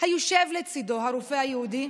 היושב לצידו, הרופא היהודי.